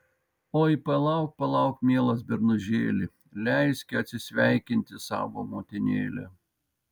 oi palauk palauk mielas bernužėli leiski atsisveikinti savo motinėlę